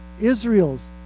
Israel's